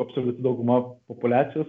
absoliuti dauguma populiacijos